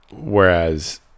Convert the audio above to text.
Whereas